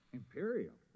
imperial